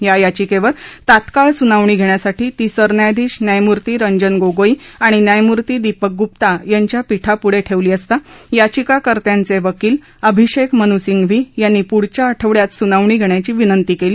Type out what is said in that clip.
या याचिकेवर तात्काळ सुनावणी घेण्यासाठी ती सरन्यायाधीश न्यायमूर्ती रंजन गोगोई आणि न्यायमूर्ती दीपक गुप्ता यांच्या पीठापुढं ठेवली असता याचिकाकर्त्यांचे वकील अभिषेक मनू सिंघवी यांनी पुढच्या आठवडयात सुनावणी घेण्याची विनंती केली